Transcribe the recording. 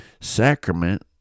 sacrament